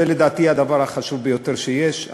זה, לדעתי, הדבר החשוב ביותר שיש.